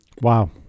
wow